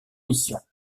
missions